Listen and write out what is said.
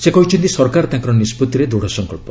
ସେ କହିଛନ୍ତି ସରକାର ତାଙ୍କର ନିଷ୍ପଭିରେ ଦୂଢ଼ ସଙ୍କଳ୍ପ